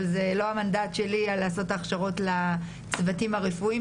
אבל זה לא המנדט שלי לעשות את ההכשרות לצוותים הרפואיים.